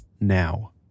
now